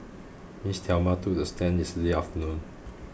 Miss Thelma took the stand yesterday afternoon